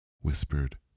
whispered